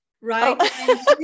right